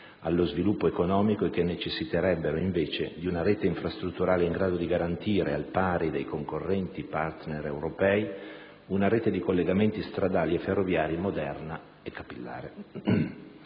allo sviluppo economico e che necessiterebbero, invece, di una rete infrastrutturale in grado di garantire, al pari dei concorrenti partner europei, una rete di collegamenti stradali e ferroviari moderna e capillare.